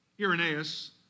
Irenaeus